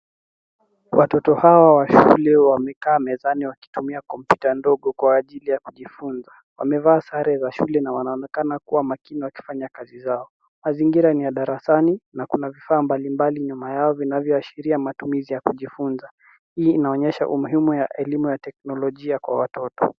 Watoto hawa wa shule wamekaa mezani wakitumia kompyuta ndogo kwa ajili ya kujifunza. Wamevaa sare za shule na wanaonekana kua makini wakifanya kazi zao. Mazingira ni ya darasani na kuna vifaa mbali mbali nyuma yao, vinavyoashiria matumizi ya kujifunza. Hii inaonyesha umuhimu ya elimu ya teknolojia kwa watoto.